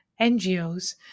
NGOs